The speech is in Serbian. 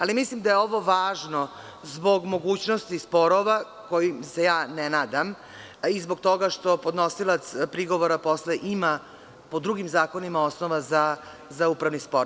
Ali, mislim da je ovo važno zbog mogućnosti sporova, kojim se ja ne nadam, i zbog toga što podnosilac prigovora posle ima po drugim zakonima osnova za upravni spor.